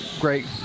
Great